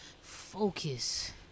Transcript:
focus